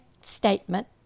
statement